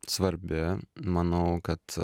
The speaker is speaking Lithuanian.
svarbi manau kad